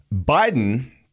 biden